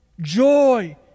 Joy